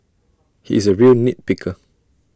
he is A real nit picker